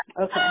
Okay